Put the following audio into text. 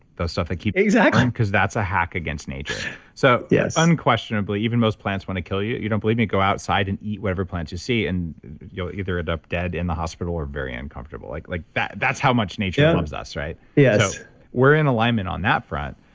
those stuff that keepjamie exactly. because that's a hack against nature so yes unquestionably, even most plants want to kill you. you don't believe me? go outside and eat whatever plants you see, and you'll either end up dead in the hospital or very uncomfortable. like like that's how much nature loves us, right? yes we're in alignment on that front.